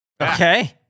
Okay